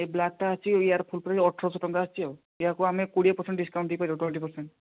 ଏ black ଟା ଅଛି ଏଇ ଏହାର ଫୁଲ୍ ପ୍ରାଇସ୍ ଅଠରଶହ ଟଙ୍କା ଆସୁଛି ଆଉ ଏହାକୁ ଆମେ କୋଡ଼ିଏ ପରସେଣ୍ଟ ଡିସକାଉଣ୍ଟ ଦେଇପାରିବୁ ଟ୍ୱନ୍ଟି ପରସେଣ୍ଟ